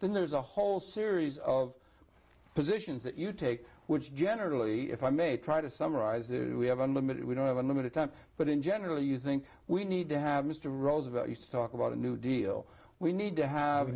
then there's a whole series of positions that you take which generally if i may try to summarize do we have unlimited we don't have unlimited time but in general you think we need to have mr roosevelt used to talk about a new deal we need to have